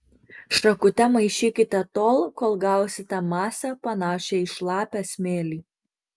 šakute maišykite tol kol gausite masę panašią į šlapią smėlį